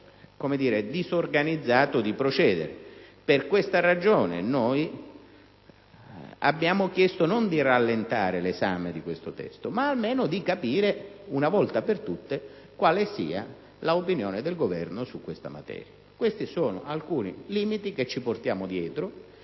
modo disorganizzato di procedere. Per questa ragione, noi abbiamo chiesto, non di rallentare l'esame del provvedimento, ma almeno di capire, una volta per tutte, quale sia l'opinione del Governo in materia. Questi sono alcuni limiti che ci portiamo dietro,